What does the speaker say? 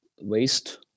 waste